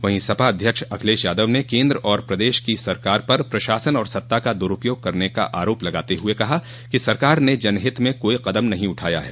वहीं सपा अध्यक्ष अखिलेश यादव ने केन्द्र और प्रदेश की सरकार पर प्रशासन और सत्ता का दुरूपयोग करने का आरोप लगाते हुए कहा कि सरकार ने जनहित में कोई कदम नहीं उठाया है